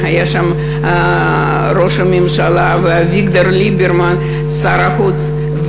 והיו שם ראש הממשלה ואביגדור ליברמן שר החוץ,